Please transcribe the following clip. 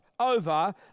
Over